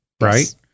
right